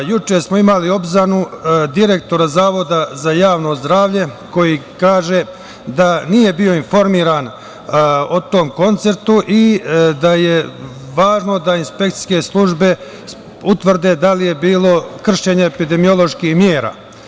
Juče smo imali obznanu direktora Zavoda za javno zdravlje koji kaže da nije bio informisan o tom koncertu i da je važno da inspekcijske službe utvrde da li je bilo kršenja epidemioloških mera.